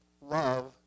love